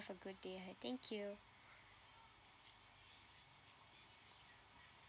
have a good day and thank you